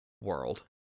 world